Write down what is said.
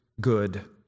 good